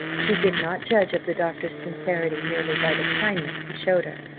she did not judge of the doctor's sincerity merely by the kindness he showed her,